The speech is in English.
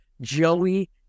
Joey